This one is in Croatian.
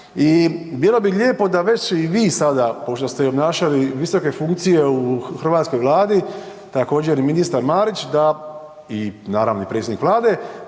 i bilo bi lijepo da već i vi sada pošto ste i obnašali visoke funkcije u hrvatskoj vladi, također i ministar Marić da i naravno i predsjednik vlade,